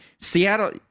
Seattle